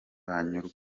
banyurwa